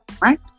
Right